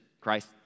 Christ